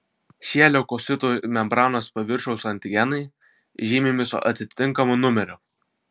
šie leukocitų membranos paviršiaus antigenai žymimi su atitinkamu numeriu